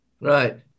Right